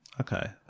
Okay